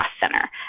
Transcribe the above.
center